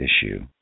issue